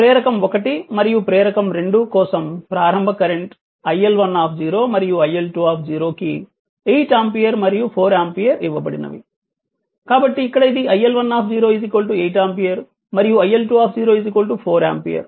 ప్రేరకం ఒకటి మరియు ప్రేరకం రెండు కోసం ప్రారంభ కరెంట్ iL1 మరియు iL2 కి 8 ఆంపియర్ మరియు 4 ఆంపియర్ ఇవ్వబడినవి కాబట్టి ఇక్కడ ఇది iL1 8 ఆంపియర్ మరియు iL2 4 ఆంపియర్